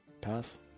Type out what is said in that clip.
path